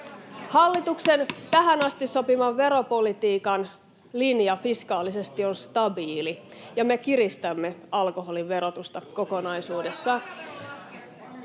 Hallituksen tähän asti sopiman veropolitiikan linja fiskaalisesti on stabiili, ja me kiristämme alkoholin verotusta kokonaisuudessaan.